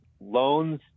loans